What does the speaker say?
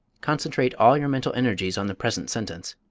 concentrate all your mental energies on the present sentence.